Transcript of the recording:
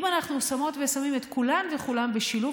אם אנחנו שמות ושמים את כולן וכולם בשילוב,